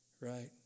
right